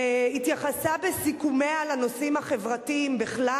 והתייחסה בסיכומיה לנושאים החברתיים בכלל